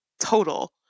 total